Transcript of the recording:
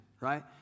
right